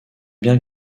bien